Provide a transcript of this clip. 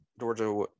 Georgia